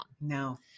No